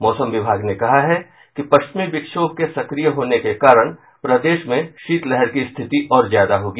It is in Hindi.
मौसम विभाग ने कहा है कि पश्चिमी विक्षोभ के सक्रिय होने के कारण प्रदेश में शीतलहर की स्थिति और ज्यादा होगी